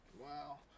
Wow